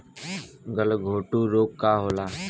गलघोटू रोग का होला?